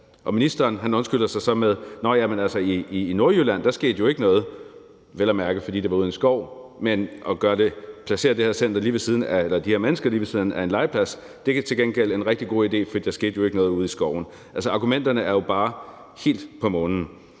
og ministeren undskylder sig så med, at nå ja, men i Nordjylland skete der jo ikke noget – vel at mærke, fordi det var ude i en skov. Men at placere de her mennesker lige ved siden af en legeplads er til gengæld en rigtig god idé, for der skete jo ikke noget ude i skoven. Argumenterne er jo bare helt på månen.